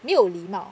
没有礼貌